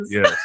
Yes